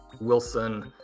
Wilson